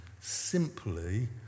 simply